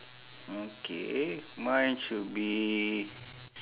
okay mine should be